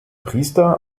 priester